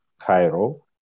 Cairo